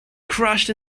crashed